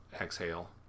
exhale